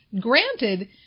granted